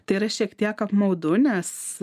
tai yra šiek tiek apmaudu nes